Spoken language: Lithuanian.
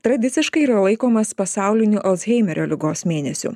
tradiciškai yra laikomas pasauliniu alzheimerio ligos mėnesiu